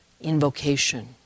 invocation